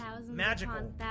magical